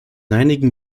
einigen